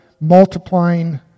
multiplying